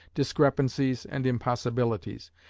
discrepancies and impossibilities.